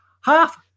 Half